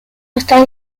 estar